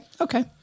Okay